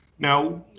Now